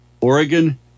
Oregon